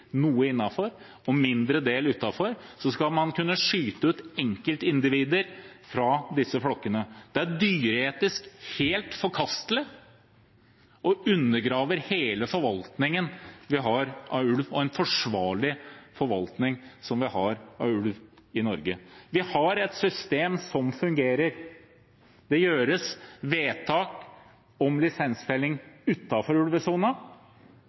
og en mindre del utenfor – skal man kunne skyte ut enkeltindivider fra disse flokkene. Det er dyreetisk helt forkastelig og undergraver hele den forsvarlige forvaltningen vi har av ulv i Norge. Vi har et system som fungerer. Det gjøres vedtak om lisensfelling